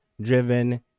Driven